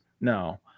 No